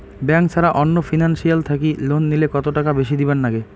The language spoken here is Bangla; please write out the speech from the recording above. ব্যাংক ছাড়া অন্য ফিনান্সিয়াল থাকি লোন নিলে কতটাকা বেশি দিবার নাগে?